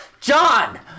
John